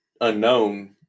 unknown